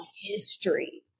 history